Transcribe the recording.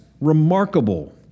remarkable